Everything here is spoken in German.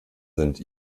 sind